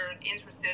interested